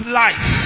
life